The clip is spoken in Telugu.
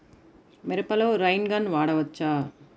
మిరపలో రైన్ గన్ వాడవచ్చా?